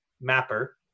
Mapper